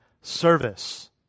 service